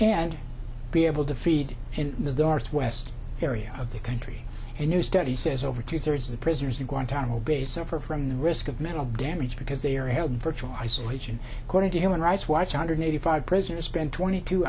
and be able to feed into the hearts west area of the country a new study says over two thirds of the prisoners in guantanamo bay suffer from the risk of mental damage because they are held in virtual isolation according to human rights watch hundred eighty five prisoners spend twenty two